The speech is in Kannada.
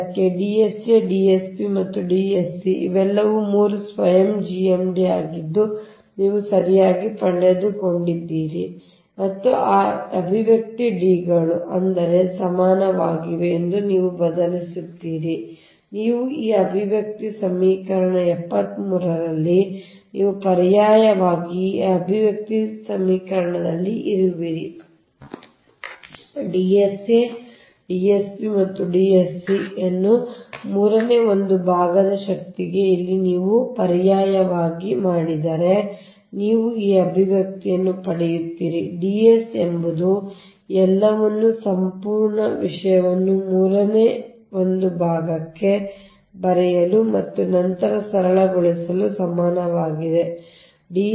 ಆದ್ದರಿಂದ D sa D sb ಮತ್ತು D sc ಇವೆಲ್ಲವೂ 3 ಸ್ವಯಂ GMD ಆಗಿದ್ದು ನೀವು ಸರಿಯಾಗಿ ಪಡೆದುಕೊಂಡಿದ್ದೀರಿ ಮತ್ತು ಆ ಅಭಿವ್ಯಕ್ತಿ D ಗಳು ಅದಕ್ಕೆ ಸಮಾನವಾಗಿದೆ ಎಂದು ನೀವು ಬದಲಿಸುತ್ತೀರಿ ನೀವು ಈ ಅಭಿವ್ಯಕ್ತಿ ಸಮೀಕರಣ 73 ರಲ್ಲಿ ನೀವು ಪರ್ಯಾಯವಾಗಿ ಈ ಅಭಿವ್ಯಕ್ತಿ ಸಮೀಕರಣದಲ್ಲಿ ಇರುವಿರಿ D sa D sb ಮತ್ತು D sc ಅನ್ನು ಮೂರನೇ ಒಂದು ಭಾಗದ ಶಕ್ತಿಗೆ ಇಲ್ಲಿ ನೀವು ಪರ್ಯಾಯವಾಗಿ ನೀವು ಪರ್ಯಾಯವಾಗಿ ಮಾಡಿದರೆ ನೀವು ಈ ಅಭಿವ್ಯಕ್ತಿಯನ್ನು ಪಡೆಯುತ್ತೀರಿ D s ಎಂಬುದು ಎಲ್ಲವನ್ನೂ ಸಂಪೂರ್ಣ ವಿಷಯವನ್ನು ಮೂರನೇ ಒಂದು ಭಾಗಕ್ಕೆ ಬರೆಯಲು ಮತ್ತು ನಂತರ ಸರಳಗೊಳಿಸಲು ಸಮಾನವಾಗಿರುತ್ತದೆ